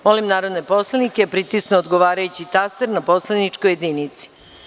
Molim narodne poslanike da pritisnu odgovarajući taster na poslaničkoj jedinici.